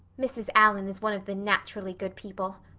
mrs. allan is one of the naturally good people.